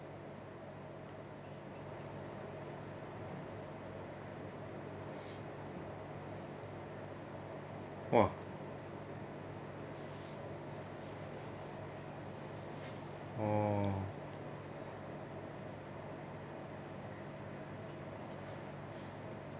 !wah! oh